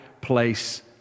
place